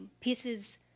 pieces